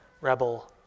rebel